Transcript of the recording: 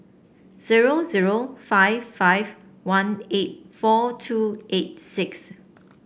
zero zero five five one eight four two eight six